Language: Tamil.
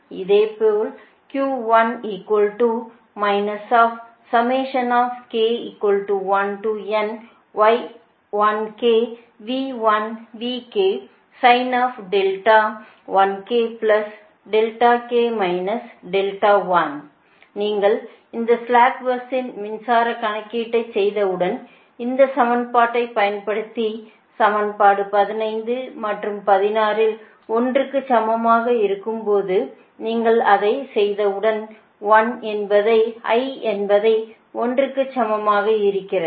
இதேபோல் நீங்கள் இந்த ஸ்ளாக் பஸ்ஸின் மின்சார கணக்கீட்டைச் செய்தவுடன் இந்த சமன்பாட்டைப் பயன்படுத்தி சமன்பாடு 15 மற்றும் 16 இல் 1 க்கு சமமாக இருக்கும்போது நீங்கள் அதைச் செய்தவுடன் I என்பது 1 க்குச் சமமாக இருக்கிறது